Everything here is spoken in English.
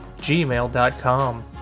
gmail.com